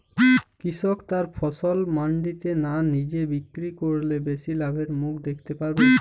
কৃষক তার ফসল মান্ডিতে না নিজে বিক্রি করলে বেশি লাভের মুখ দেখতে পাবে?